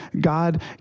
God